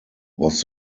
was